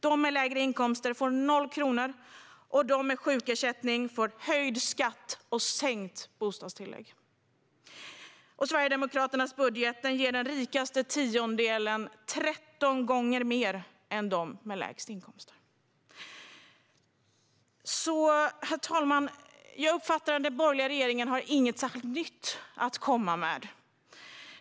De med lägre inkomster får noll kronor, och de med sjukersättning får höjd skatt och sänkt bostadstillägg. Sverigedemokraternas budgetmotion ger den rikaste tiondelen 13 gånger mer än dem med lägst inkomster. Herr talman! De borgerliga har inget nytt att komma med.